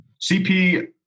CP